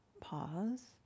Pause